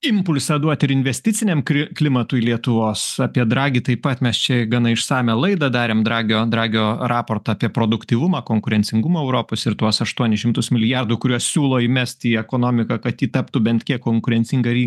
impulsą duot ir investiciniam klimatui lietuvos apie dragį taip pat mes čia gana išsamią laidą darėm dragio dragio raportą apie produktyvumą konkurencingumą europos ir tuos aštuonis šimtus milijardų kuriuos siūlo įmest į ekonomiką kad ji taptų bent kiek konkurencinga ri